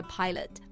pilot